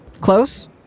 close